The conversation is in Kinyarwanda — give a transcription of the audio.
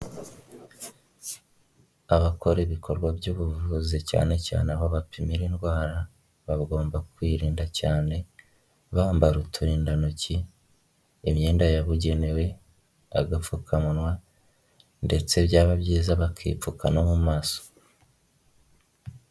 Abakora ibikorwa by'ubuvuzi cyane cyane aho bapimira indwara, bagomba kwirinda cyane bambara uturindantoki, imyenda yabugenewe, agapfukamunwa ndetse byaba byiza bakipfuka no mu maso.